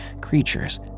creatures